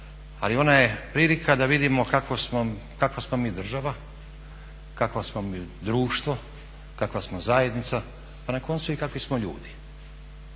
ali ona je prilika da vidimo kakva smo mi država, kakvo smo mi društvo, kakva smo zajednica, pa na koncu i kakvi smo ljudi